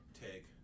take